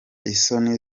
isoni